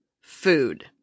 food